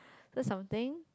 that's something